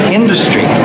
industry